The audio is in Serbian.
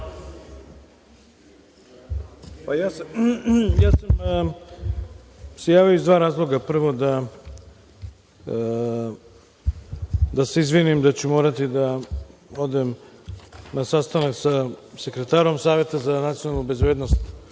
Javio sam se iz dva razloga. Prvo, da se izvinim, moraću da izađem na sastanak sa sekretarom Saveta za nacionalnu bezbednost